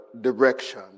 direction